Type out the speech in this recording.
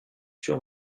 sur